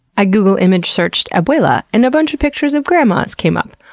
i google image searched abuela and a bunch of pictures of grandmas came up.